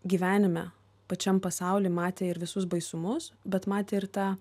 gyvenime pačiam pasauly matė ir visus baisumus bet matė ir tą